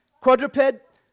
Quadruped